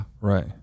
Right